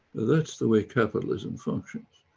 that's the way capitalism functions.